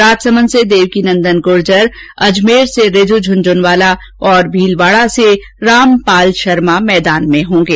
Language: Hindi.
राजसमंद से देवकीनंदन गुर्जर अजमेर से रिजु झुंझुनवाला और भीलवाडा से रामपाल शर्मा मैदान में होंगे